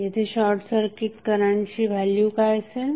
येथे शॉर्टसर्किट करंटची व्हॅल्यू काय असेल